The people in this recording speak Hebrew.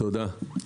תודה רבה.